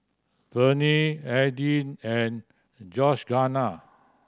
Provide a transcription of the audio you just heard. Verne Adin and Georganna